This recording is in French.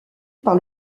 par